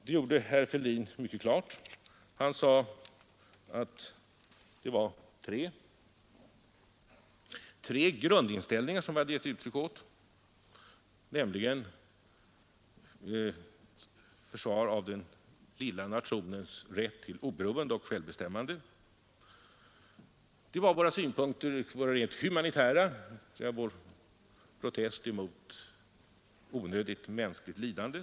Herr Fälldin sade klart ifrån att det var tre grundinställningar som vi gett uttryck åt. Det gällde att försvara den lilla nationens rätt till oberoende och självbestämmande. Det gällde våra rent humanitära synpunkter, alltså vår protest mot onödigt mänskligt lidande.